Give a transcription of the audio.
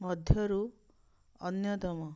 ମଧ୍ୟରୁ ଅନ୍ୟତମ